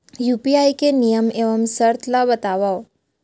UPI के नियम एवं शर्त ला बतावव